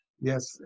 yes